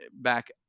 back